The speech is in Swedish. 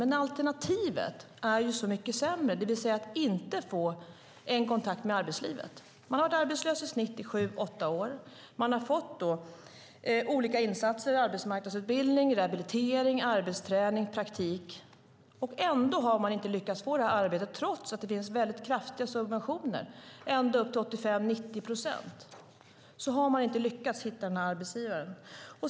Men alternativet är så mycket sämre, det vill säga att inte få kontakt med arbetslivet. Man har varit arbetslöshet i genomsnitt sju år, man har fått olika insatser - arbetsmarknadsutbildning, rehabilitering, arbetsträning, praktik - och ändå har man inte lyckats få ett arbete. Trots att det finns kraftiga subventioner, ända upp till 90 procent, har man inte lyckats hitta en arbetsgivare.